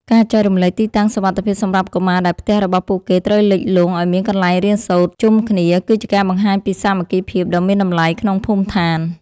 ការចែករំលែកទីតាំងសុវត្ថិភាពសម្រាប់កុមារដែលផ្ទះរបស់ពួកគេត្រូវលិចលង់ឱ្យមានកន្លែងរៀនសូត្រជុំគ្នា គឺជាការបង្ហាញពីសាមគ្គីភាពដ៏មានតម្លៃក្នុងភូមិឋាន។